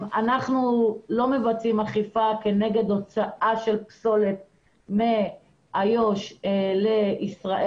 אנחנו לא מבצעים אכיפה כנגד הוצאה של פסולת מאיו"ש לישראל.